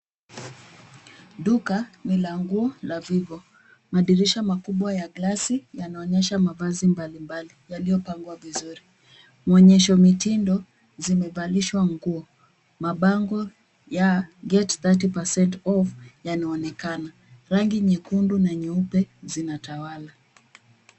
Duka ni la nguo la Vivo. Madirisha makubwa ya glasi yanaonyesha mavazi mbalimbali yaliopangwa vizuri mwonyesho mitindo zimevalishwa nguo. Mabango ya get 30% off yanaonekana. Rangi nyekundu na nyeupe zinatawala.